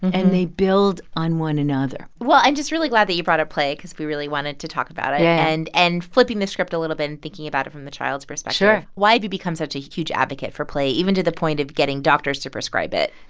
and they build on one another well, i'm just really really glad that you brought up play because we really wanted to talk about it yeah and and flipping the script a little bit and thinking about it from the child's perspective sure why have you become such a huge advocate for play even to the point of getting doctors to prescribe it?